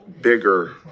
bigger